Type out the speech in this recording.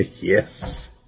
Yes